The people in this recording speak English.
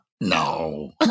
No